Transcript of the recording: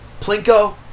Plinko